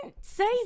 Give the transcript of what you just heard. say